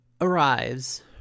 arrives